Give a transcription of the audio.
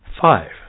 Five